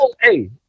hey